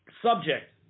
Subject